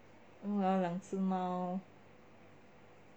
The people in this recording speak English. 我要两只猫